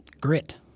grit